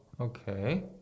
Okay